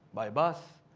by bus